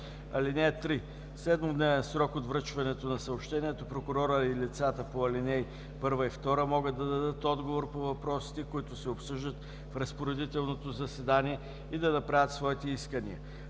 (3) В 7-дневен срок от връчването на съобщението прокурорът и лицата по ал. 1 и 2 могат да дадат отговор по въпросите, които се обсъждат в разпоредителното заседание, и да направят своите искания.